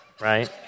Right